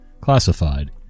classified